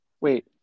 Wait